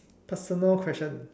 personal question